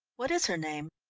what is her name?